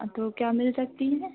तो क्या मिल सकती हैं